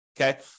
okay